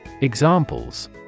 Examples